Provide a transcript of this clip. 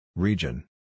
Region